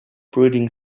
breeding